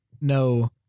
no